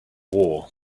war